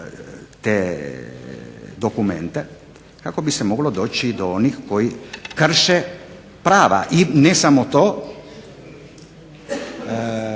te dokumente kako bi se moglo doći do onih koji krše prava. I ne samo to,